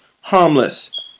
harmless